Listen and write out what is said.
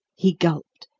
he gulped.